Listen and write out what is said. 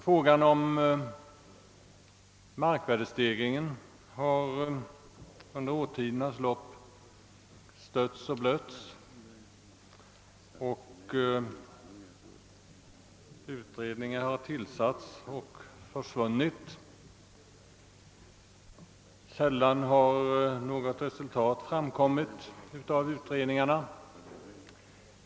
Frågan om markvärdestegringen har under årtiondenas lopp stötts och blötts och utredningar har tillsatts och försvunnit. Sällan har något resultat framkommit av utredningarna.